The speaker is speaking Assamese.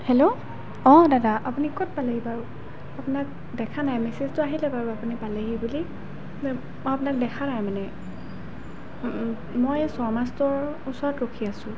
হেল্ল' অঁ দাদা আপুনি ক'ত পালেহি বাৰু আপোনাক দেখা নাই মেছেজটো আহিলে বাৰু আপুনি পালেহি বুলি মই আপোনাক দেখা নাই মানে মই শৰ্মা ষ্ট'ৰ ওচৰত ৰখি আছোঁ